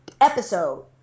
episode